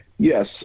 Yes